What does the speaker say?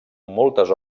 moltes